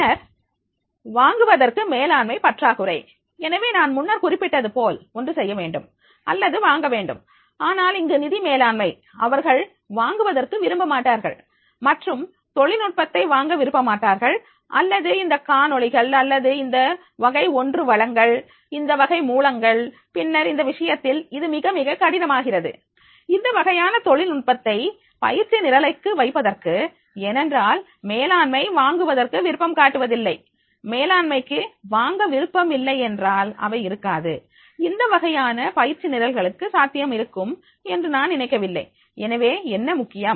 பின்னர் வாங்குவதற்கு மேலாண்மை பற்றாக்குறை எனவே நான் முன்னர் குறிப்பிட்டது போல் ஒன்று செய்ய வேண்டும் அல்லது வாங்க வேண்டும் ஆனால் இங்கு நிதி மேலாண்மை அவர்கள் வாங்குவதற்கு விரும்பமாட்டார்கள் மற்றும் தொழில்நுட்பத்தை வாங்க விரும்ப மாட்டார்கள் அல்லது இந்த காணொளிகள் அல்லது இந்த வகை 1 வளங்கள் இந்த வகை மூலங்கள் பின்னர் இந்த விஷயத்தில் இது மிகமிக கடினமாகிறது இந்த வகையான தொழில்நுட்பத்தை பயிற்சி நிரலுக்கு வைப்பதற்கு ஏனென்றால் மேலாண்மை வாங்குவதற்கு விருப்பம் காட்டுவதில்லை மேலாண்மைக்கு வாங்க விருப்பம் இல்லை என்றால் அவை இருக்காது இந்த வகையான பயிற்சி நிரல்களுக்கு சாத்தியம் இருக்கும் என்று நான் நினைக்கவில்லை எனவே என்ன முக்கியம்